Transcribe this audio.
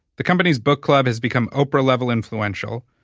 the company's book club has become oprah-level influential.